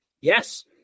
Yes